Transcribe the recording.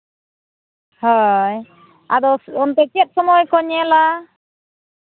ᱦᱳᱭ ᱟᱫᱚ ᱚᱱᱛᱮ ᱪᱮᱫ ᱥᱚᱢᱚᱭ ᱠᱚ ᱧᱮᱞᱟ